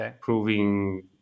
proving